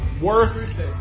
worth